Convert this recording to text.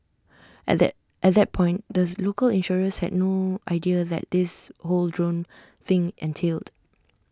at that at that point the local insurers had no idea that this whole drone thing entailed